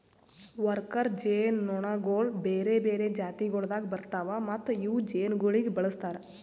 worker ಜೇನುನೊಣಗೊಳ್ ಬೇರೆ ಬೇರೆ ಜಾತಿಗೊಳ್ದಾಗ್ ಬರ್ತಾವ್ ಮತ್ತ ಇವು ಜೇನುಗೊಳಿಗ್ ಬಳಸ್ತಾರ್